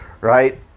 right